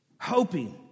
Hoping